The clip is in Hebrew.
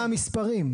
מה המספרים?